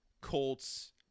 Colts